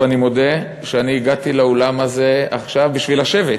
אני מודה שהגעתי לאולם הזה עכשיו בשביל לשבת,